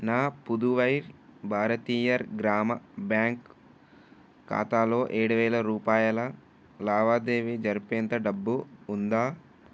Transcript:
నా పుదువై భారతీయర్ గ్రామ బ్యాంక్ ఖాతాలో ఏడు వేలు రూపాయల లావాదేవీ జరిపేంత డబ్బు ఉందా